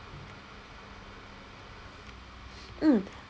mm